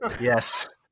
yes